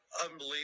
Unbelievable